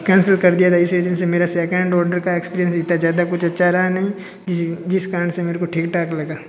cancel कर दिया था इस रिजन से मेरा सेकंड ओडर का एक्सपीरियंस इतना ज़्यादा कुछ अच्छा रहा नहीं जिस जिस कारण से मेरे को ठीक ठाक लगा